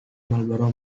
marlboro